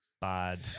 bad